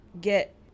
get